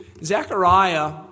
Zechariah